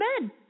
men